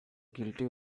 guilty